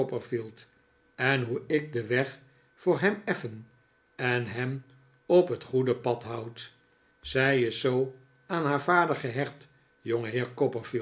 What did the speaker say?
en hoe ik den weg voor hem effen en hem op het goede pad houd zij is zoo aan haar vader gehecht